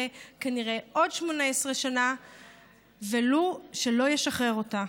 כנראה עוד 18 שנה ובלבד שלא ישחרר אותה.